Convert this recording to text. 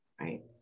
right